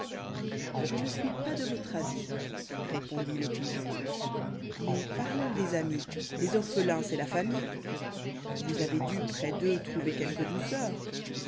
je ne suis pas de votre avis répondit'le pigeon mais parlons des amis des orphelins c'est la famille vous avez dii près d'eux trouver quelques douceurs